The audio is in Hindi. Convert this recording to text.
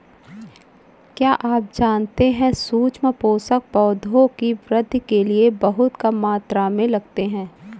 क्या आप जानते है सूक्ष्म पोषक, पौधों की वृद्धि के लिये बहुत कम मात्रा में लगते हैं?